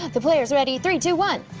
the player's ready. three, two, one.